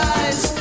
eyes